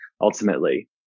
Ultimately